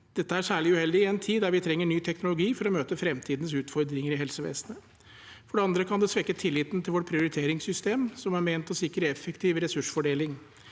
Dette er særlig uheldig i en tid der vi trenger ny teknologi for å møte fremtidens utfordringer i helsevesenet. For det andre kan det svekke tilliten til vårt prioriteringssystem, som er ment å sikre effektiv ressursfordeling.